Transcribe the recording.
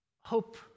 hope